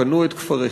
פנו את כפריכם,